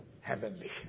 heavenly